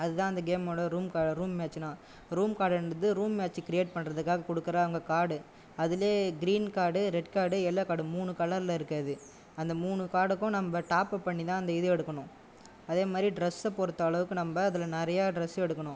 அதுதான் அந்த கேம்மோட ரூம் ரூம் மேட்சுனா ரூம் கார்டன்றது ரூம் மேட்ச் கிரியேட் பண்ணுறதுக்காக கொடுக்கிற அவங்க கார்டு அதிலேயே green card red card yellow card மூணு கலரில் இருக்கு அது அந்த மூணு கார்டுக்கும் நம்ப டாப்அப் பண்ணி தான் அந்த இது எடுக்கணும் அதே மாதிரி ட்ரஸ் பொறுத்த அளவுக்கு நம்ம அதில் நிறையா ட்ரஸ் எடுக்கணும்